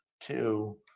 two